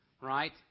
right